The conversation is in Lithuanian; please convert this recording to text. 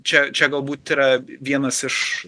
čia čia galbūt yra vienas iš